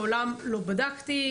מעולם לא בדקתי,